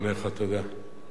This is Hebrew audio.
תודה,